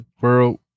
world